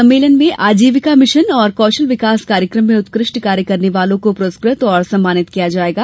सम्मेलन में आजीविका मिशन और कौशल विकास कार्यक्रम में उत्कृष्ट कार्य करने वालों को पुरस्कृत और सम्मानित किया जायेगा